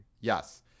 Yes